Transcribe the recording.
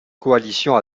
coalition